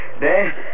Dan